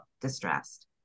distressed